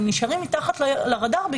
הם נשארים מתחת לרדאר,